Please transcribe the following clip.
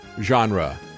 genre